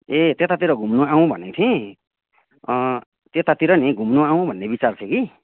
ए त्यतातिर घुम्न आउँ भनेको थिएँ त्यतातिर नि घुम्न आउँ भन्ने विचार छ कि